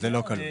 זה לא כלול.